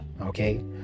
okay